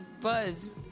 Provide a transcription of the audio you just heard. buzz